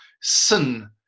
sin